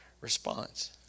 response